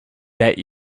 bet